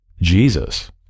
Jesus